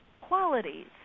qualities